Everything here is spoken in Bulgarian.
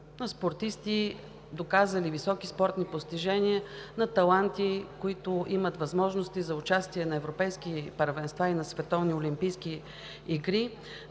спортисти, доказали високи спортни постижения, на таланти, които имат възможности за участие на европейски първенства и на световни олимпийски игри,